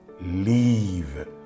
Leave